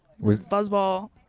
fuzzball